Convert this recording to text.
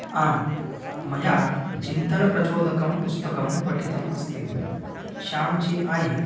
आम् मया चिन्तनप्रचोदकं पुस्तकं पठितम् अस्ति शामाचि आयि